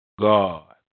God